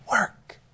work